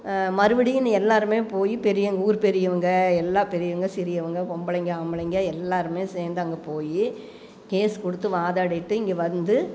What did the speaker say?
மறுபடியும் நீ எல்லோருமே போய் பெரிய ஊர் பெரியவங்கள் எல்லா பெரியவங்கள் சிறியவங்கள் பொம்பளைங்கள் ஆம்பளைங்கள் எல்லோருமே சேர்ந்து அங்கே போய் கேஸ் கொடுத்து வாதாடிவிட்டு இங்கே வந்து